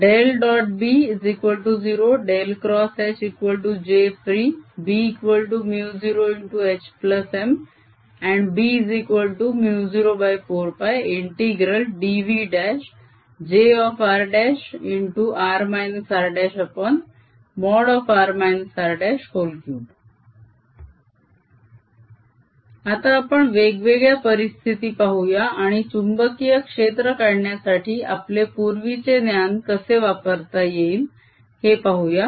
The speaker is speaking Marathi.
B0 Hjfree B0HM B04πdVjr×r rr r3 आता आपण वेगवेगळ्या परिस्थिती पाहूया आणि चुंबकीय क्षेत्र काढण्यासाठी आपले पूर्वीचे ज्ञान कसे वापरता येईल हे पाहूया